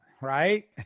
right